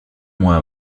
moins